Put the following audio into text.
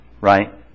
right